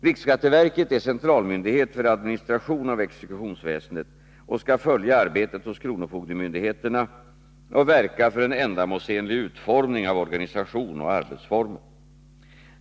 Riksskatteverket är centralmyndighet för administration av exekutionsväsendet och skall följa arbetet hos kronofogdemyndigheterna och verka för en ändamålsenlig utformning av organisation och arbetsformer.